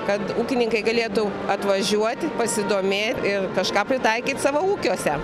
kad ūkininkai galėtų atvažiuot pasidomėt ir kažką pritaikyt savo ūkiuose